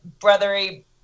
brotherly